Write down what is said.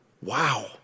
Wow